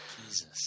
Jesus